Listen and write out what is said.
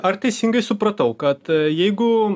ar teisingai supratau kad jeigu